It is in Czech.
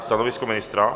Stanovisko ministra?